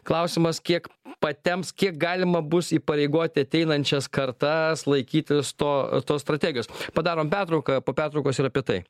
klausimas kiek patemps kiek galima bus įpareigoti ateinančias kartas laikytis to tos strategijos padarom pertrauką po pertraukos ir apie tai